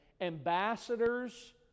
ambassadors